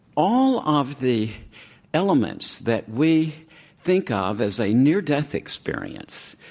all of the elements that we think ah of as a near-death experience,